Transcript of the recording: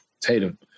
Tatum